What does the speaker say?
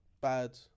bad